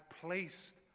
placed